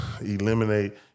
eliminate